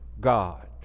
God